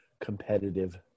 competitive